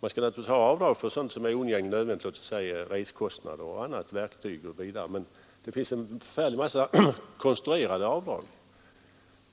Det skall naturligtvis finnas möjlighet till avdrag för sådant som är oundgängligen nödvändigt, t.ex. resekostnader, verktyg o. d., men det finns en förfärlig massa konstruerade avdrag.